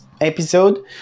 episode